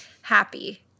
happy